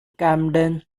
camden